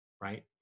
right